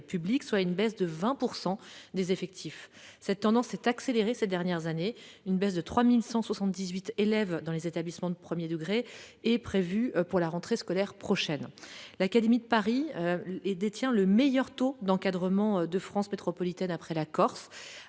public, soit une baisse de 20 % des effectifs. Cette tendance s'est accélérée ces dernières années. Une baisse de 3 178 élèves dans les établissements du premier degré est prévue pour la rentrée scolaire prochaine. L'académie de Paris détient le meilleur taux d'encadrement de France métropolitaine, après la Corse,